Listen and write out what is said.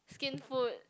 Skin Food